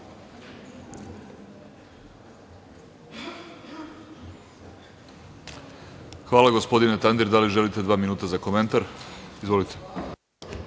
Hvala. Gospodine Tandir, da li želite dva minuta za komentar? Izvolite.